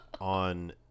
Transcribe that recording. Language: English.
on